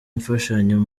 imfashanyo